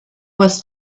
was